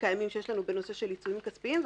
קיימים שיש לנו בנושא של עיצומים כספיים,